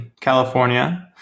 California